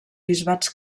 bisbats